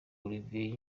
olivier